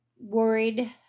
worried